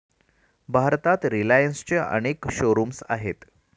भारतात रिलायन्सचे अनेक शोरूम्स आहेत